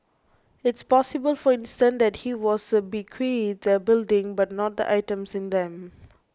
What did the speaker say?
it's possible for instance that he was bequeathed the building but not the items in them